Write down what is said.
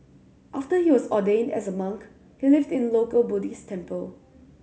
after he was ordained as a monk he lived in a local Buddhist temple